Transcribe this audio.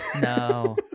no